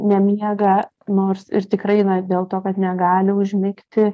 nemiega nors ir tikrai ne dėl to kad negali užmigti